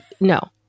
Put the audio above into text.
no